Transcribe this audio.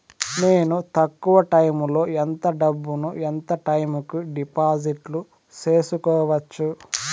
నేను తక్కువ టైములో ఎంత డబ్బును ఎంత టైము కు డిపాజిట్లు సేసుకోవచ్చు?